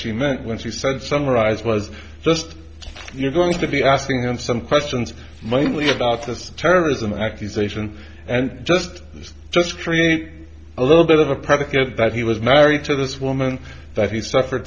she meant when she said summarize was just you're going to be asking him some questions mainly about this terrorism accusation and just just create a little bit of a predicate that he was married to this woman that he suffered